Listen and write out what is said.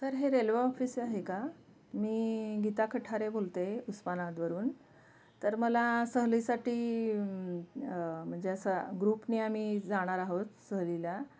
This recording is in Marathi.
सर हे रेल्वे ऑफिस आहे का मी गीता खठारे बोलते उस्मानाबादवरून तर मला सहलीसाठी म्हणजे असा ग्रुपनी आम्ही जाणार आहोत सहलीला